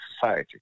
society